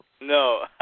No